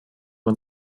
man